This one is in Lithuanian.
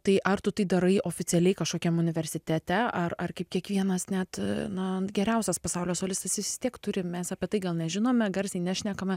tai ar tu tai darai oficialiai kažkokiam universitete ar ar kaip kiekvienas net na geriausias pasaulio solistas jis vis tiek turi mes apie tai gal nežinome garsiai nešnekame